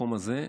למקום הזה,